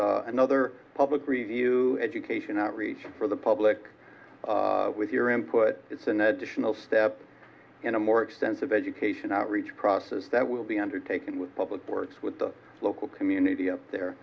another public review education outreach for the public with your input it's an additional step in a more extensive education outreach process that will be undertaken with public works with the local community up there